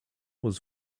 was